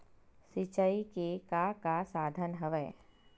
सिंचाई के का का साधन हवय?